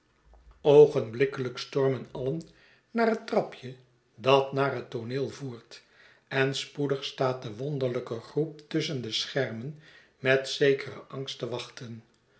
stormen alien naar het trapje dat naar het tooneel voert en spoedig staat de wonderlijke groep tusschen de schermen met zekeren angst te wachten